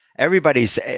Everybody's